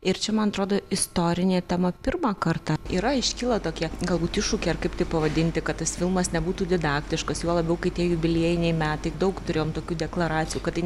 ir čia man atrodo istorinė tema pirmą kartą yra iškyla tokie galbūt iššūkiai ar kaip tai pavadinti kad tas filmas nebūtų didaktiškas juo labiau kai tie jubiliejiniai metai daug turėjom tokių deklaracijų kad tai ne